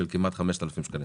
של 4,990 שקלים.